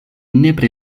nepre